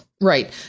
Right